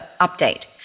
update